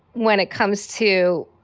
when it comes to.